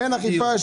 אין אכיפה?